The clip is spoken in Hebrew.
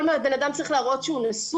כל בן אדם צריך להראות שהוא נשוי?